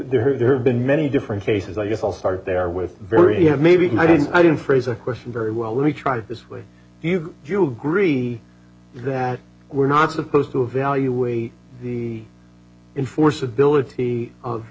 there there have been many different cases i guess i'll start there with very maybe i didn't i didn't phrase a question very well let me try it this way do you agree that we're not supposed to evaluate the in force ability of